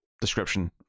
description